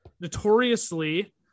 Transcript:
Notoriously